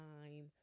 time